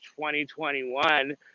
2021